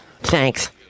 thanks